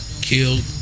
killed